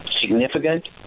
significant